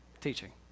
Teaching